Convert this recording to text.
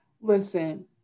Listen